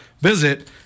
visit